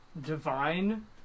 Divine